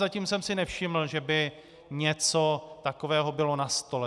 Ale zatím jsem si nevšiml, že by něco takového bylo na stole.